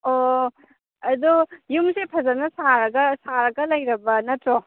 ꯑꯣ ꯑꯗꯣ ꯌꯨꯝꯁꯦ ꯐꯖꯅ ꯁꯥꯔꯒ ꯁꯥꯔꯒ ꯂꯩꯔꯕ ꯅꯠꯇ꯭ꯔꯣ